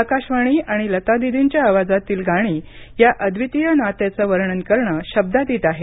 आकाशवाणी आणि लता दीदींच्या आवाजातील गाणी या अद्वितीय नात्याचं वर्णन करणं शब्दातीत आहे